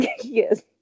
Yes